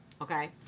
okay